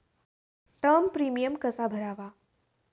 Term premium कसा भरावा?